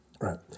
Right